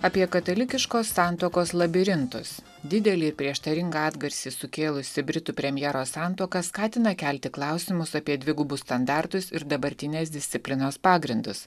apie katalikiškos santuokos labirintus didelį ir prieštaringą atgarsį sukėlusi britų premjero santuoka skatina kelti klausimus apie dvigubus standartus ir dabartinės disciplinos pagrindus